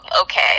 okay